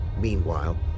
Meanwhile